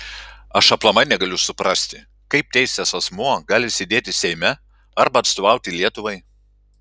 aš aplamai negaliu suprasti kaip teistas asmuo gali sėdėti seime arba atstovauti lietuvai